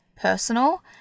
personal –